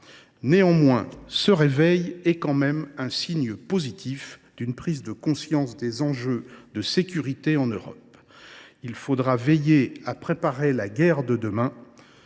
Néanmoins, ce réveil est tout de même le signe positif d’une prise de conscience des enjeux de sécurité en Europe. Il faudra veiller à préparer la guerre de demain